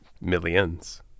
Millions